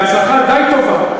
בהצלחה די טובה.